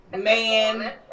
man